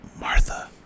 Martha